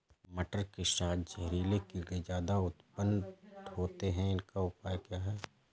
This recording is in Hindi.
मटर के साथ जहरीले कीड़े ज्यादा उत्पन्न होते हैं इनका उपाय क्या है?